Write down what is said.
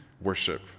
worship